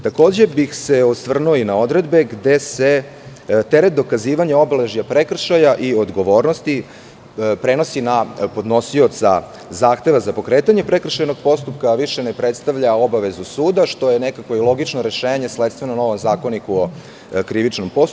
Takođe bih se osvrnuo i na odredbe gde se teret dokazivanja obeležja prekršaja i odgovornosti prenosi na podnosioca zahteva za pokretanje prekršajnog postupka, a više ne predstavlja obavezu suda, što je nekako i logično rešenje sledstveno novom ZKP.